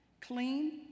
clean